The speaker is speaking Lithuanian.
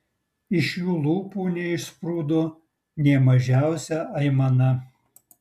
iš jų lūpų neišsprūdo nė mažiausia aimana